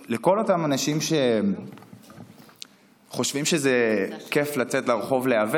לכל אותם אנשים שחושבים שזה כיף לצאת לרחוב להיאבק,